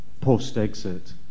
post-exit